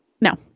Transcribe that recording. no